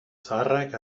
zaharrak